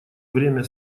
время